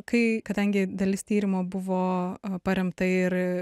kai kadangi dalis tyrimo buvo paremta ir